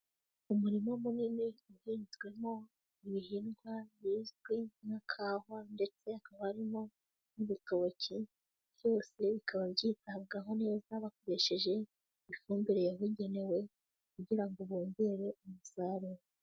Umurima munini uhinzwemo ibihingwa bizwi nka kawa ndetse akaba harimo n'ibitoki, byose bikaba byitabwaho neza bakoresheje ifumbire yabugenewe kugira ngo bongere umusaruro.